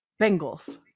Bengals